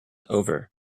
over